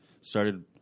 started –